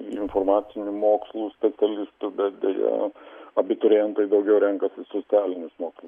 informacinių mokslų specialistų bet deja abiturientai daugiau renkasi socialinius mokslus